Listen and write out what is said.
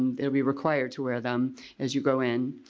um it will be required to wear them as you go in.